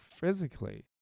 physically